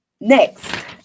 next